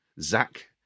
Zach